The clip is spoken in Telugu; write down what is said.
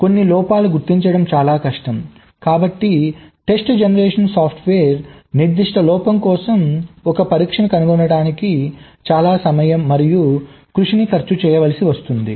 కొన్ని లోపాలు గుర్తించడం చాలా కష్టం కాబట్టి టెస్ట్ జనరేషన్ సాఫ్ట్వేర్ నిర్దిష్ట లోపం కోసం ఒక పరీక్షను కనుగొనటానికి చాలా సమయం మరియు కృషిని ఖర్చుచేయవలసి వస్తుంది